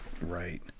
Right